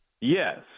Yes